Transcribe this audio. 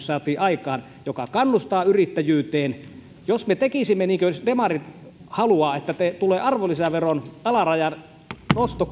saatiin aikaan tämmöinen yrittäjävähennys joka kannustaa yrittäjyyteen jos me tekisimme niin kuin esimerkiksi demarit haluavat että tulee arvonlisäveron alarajan nosto